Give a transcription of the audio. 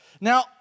Now